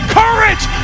courage